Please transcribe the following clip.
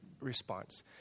response